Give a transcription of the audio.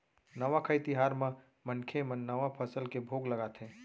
नवाखाई तिहार म मनखे मन नवा फसल के भोग लगाथे